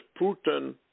Putin